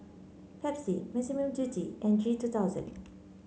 Pepsi Massimo Dutti and G two thousand